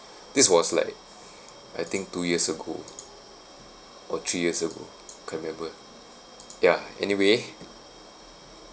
this was like I think two years ago or three years ago can't remember ya anyway